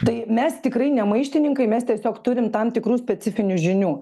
tai mes tikrai ne maištininkai mes tiesiog turim tam tikrų specifinių žinių